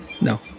No